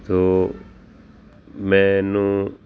ਸੋ ਮੈਨੂੰ